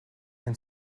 and